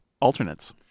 alternates